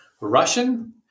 Russian